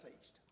feast